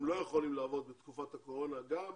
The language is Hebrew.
הם לא יכולים לעבוד בתקופת הקורונה, גם